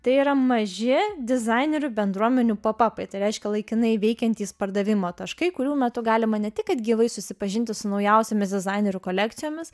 tai yra maži dizainerių bendruomenių pop apai tai reiškia laikinai veikiantys pardavimo taškai kurių metu galima ne tik gyvai susipažinti su naujausiomis dizainerių kolekcijomis